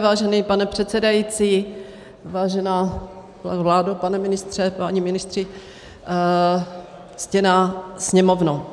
Vážený pane předsedající, vážená vládo, pane ministře, páni ministři, ctěná Sněmovno,